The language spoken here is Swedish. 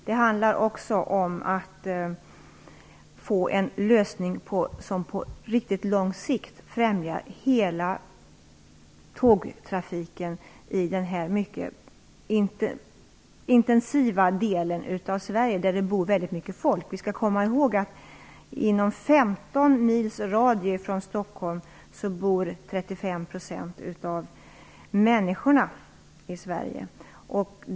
Det handlar också om att få en lösning som på riktigt lång sikt främjar hela tågtrafiken i denna mycket intensiva del av Sverige, där det bor väldigt mycket folk. Vi skall komma ihåg att 35 % av befolkningen bor inom 15 mils radie från Stockholm.